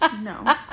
No